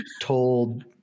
told